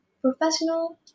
professional